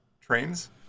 trains